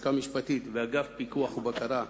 הלשכה המשפטית ואגף פיקוח ובקרה,